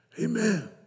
Amen